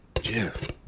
Jeff